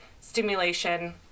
stimulation